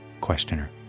Questioner